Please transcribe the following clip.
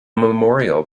memorial